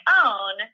own